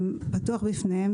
הוא פתוח בפניהן,